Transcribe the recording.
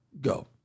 go